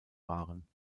waren